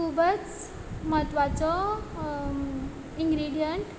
खूबच म्हत्वाचो इन्ग्रिडियंट